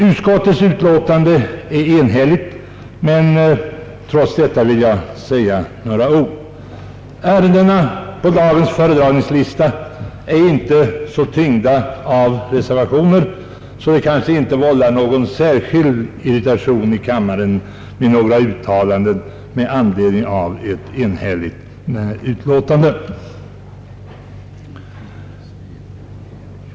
Utskottets utlåtande är enhälligt, men trots det vill jag anföra några ord. ärendena på dagens föredragningslista är ju inte så tyngda av reservationer, så det kanske inte vållar någon särskild irritation i kammaren med några uttalanden i anledning av ett enhälligt utlåtande.